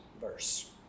verse